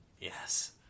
Yes